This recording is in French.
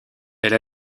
elle